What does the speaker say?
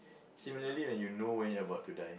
similarly when you know when you about to die